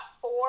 four